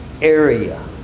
area